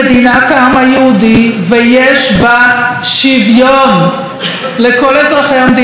שוויון לכל אזרחי המדינה ללא הבדל דת גזע ומין.